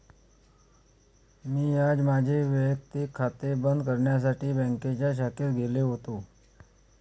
मी आज माझे वैयक्तिक खाते बंद करण्यासाठी बँकेच्या शाखेत गेलो होतो